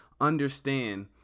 Understand